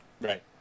Right